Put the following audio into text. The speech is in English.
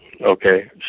Okay